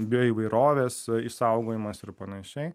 bio įvairovės išsaugojimas ir pan